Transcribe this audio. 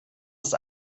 ist